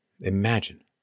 Imagine